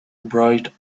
bright